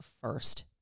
first